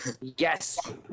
Yes